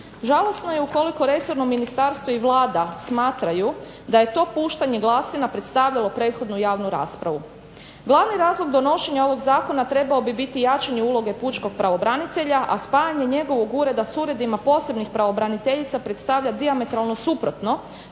Žalosno je ukoliko resorno ministarstvo i Vlada smatraju da je to puštanje glasina predstavljalo prethodnu javnu raspravu. Glavni razlog donošenja ovog zakona trebao bi biti jačanje uloge pučkog pravobranitelja, a spajanje njegovog ureda s uredima posebnih pravobraniteljica predstavlja dijametralno suprotno,